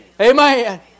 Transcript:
Amen